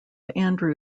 andrew